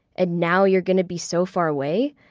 and now you're gonna be so far away.